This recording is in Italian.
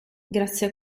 grazie